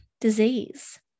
disease